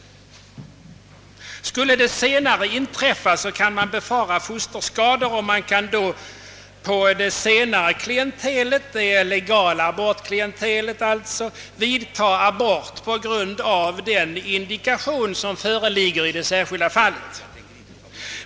Skulle det senare inträffa kan man befara fosterskador, och man kan då på det semare klientelet, det legala abortklientelet, företa abort på grund av den indikation som föreligger i det särskilda fallet.